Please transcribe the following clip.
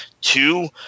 two